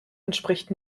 entspricht